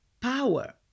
power